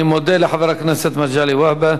אני מודה לחבר הכנסת מגלי והבה.